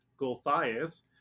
Golthias